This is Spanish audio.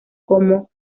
como